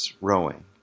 rowing